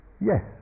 yes